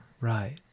right